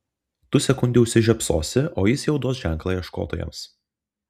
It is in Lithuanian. tu sekundei užsižiopsosi o jis jau duos ženklą ieškotojams